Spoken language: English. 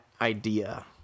idea